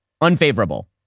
unfavorable